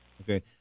Okay